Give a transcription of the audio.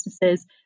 businesses